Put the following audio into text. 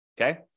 Okay